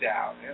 out